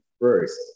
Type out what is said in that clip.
first